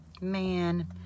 man